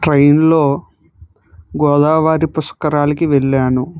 ట్రైన్లో గోదావరి పుష్కరాలకి వెళ్లాను